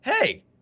hey